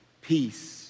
peace